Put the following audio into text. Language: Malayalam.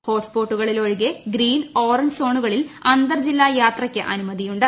ഹോട്ട് സ്പോട്ടുകളിലൊഴികെ ഗ്രീൻ ഓറഞ്ച് സോണുകളിൽ അന്തർ ജില്ലാ യാത്രയ്ക്ക് അനുമതിയുണ്ട്